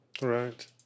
Right